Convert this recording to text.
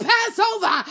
Passover